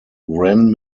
wren